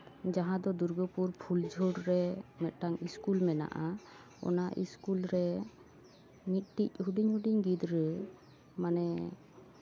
ᱡᱟᱦᱟᱸᱫᱚ ᱫᱩᱨᱜᱟᱹᱯᱩᱨ ᱯᱷᱩᱞᱡᱷᱳᱨ ᱨᱮ ᱢᱤᱫᱴᱟᱱ ᱥᱠᱩᱞ ᱢᱮᱱᱟᱜᱼᱟ ᱚᱱᱟ ᱥᱠᱩᱞ ᱨᱮ ᱢᱤᱫᱴᱤᱡ ᱦᱩᱰᱤᱧ ᱦᱩᱰᱤᱧ ᱜᱤᱫᱽᱨᱟᱹ ᱢᱟᱱᱮ